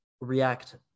react